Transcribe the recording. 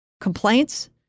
complaints